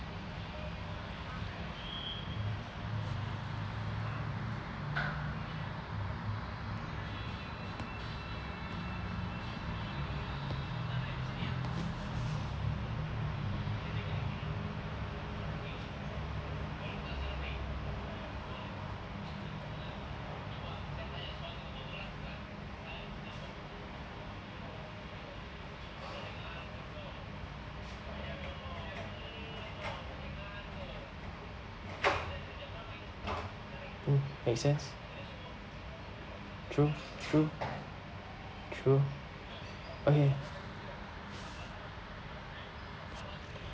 mm makes sense true true true okay